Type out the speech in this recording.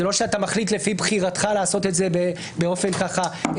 זה לא שאתה מחליט לפי בחירתך לעשות את זה באופן רגעי.